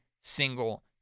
single